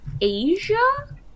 asia